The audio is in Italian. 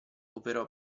operò